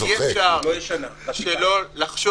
אי-אפשר, אדוני --- לא יכול לקרות?